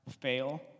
fail